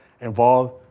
involved